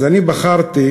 קראתי